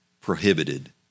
prohibited